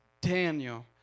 Daniel